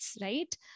right